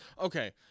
Okay